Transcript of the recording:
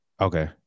Okay